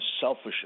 selfish